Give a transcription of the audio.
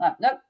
Nope